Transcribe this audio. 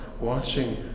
watching